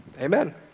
amen